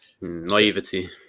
Naivety